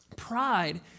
pride